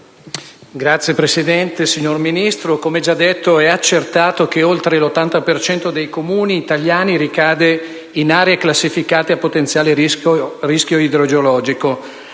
Signora Presidente, signor Ministro, come già detto, è accertato che oltre l'80 per cento dei Comuni italiani ricade in aree classificate a potenziale rischio idrogeologico.